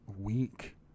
week